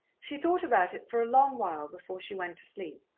she thought about it for a long while before she went to sleep,